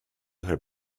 her